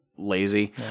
lazy